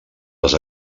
les